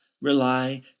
rely